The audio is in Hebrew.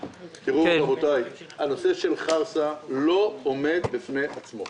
רבותי, הנושא של חרסה לא עומד בפני עצמו.